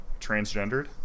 transgendered